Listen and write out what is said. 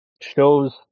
shows